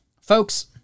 folks